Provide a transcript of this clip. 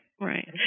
right